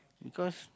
because